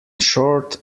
short